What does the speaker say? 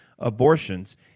abortions